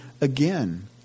again